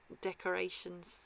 decorations